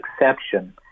exception